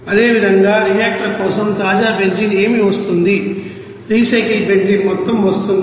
అదేవిధంగా రియాక్టర్ కోసం తాజా బెంజీన్ ఏమి వస్తోంది రీసైకిల్ బెంజీన్ మొత్తం వస్తుంది